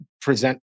present